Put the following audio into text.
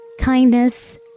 kindness